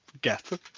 get